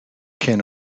can